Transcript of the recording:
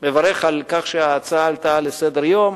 מברך על כך שהנושא עלה על סדר-היום.